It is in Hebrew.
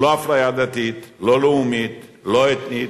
לא אפליה דתית, לא לאומית, לא אתנית,